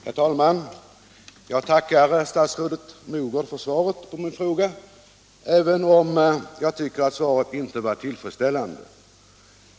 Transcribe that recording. Herr talman! Jag tackar statsrådet Mogård för svaret på min fråga, även om jag tycker att svaret inte var tillfredsställande.